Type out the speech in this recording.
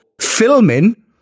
filming